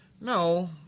No